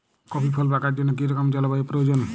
Coffee ফল পাকার জন্য কী রকম জলবায়ু প্রয়োজন?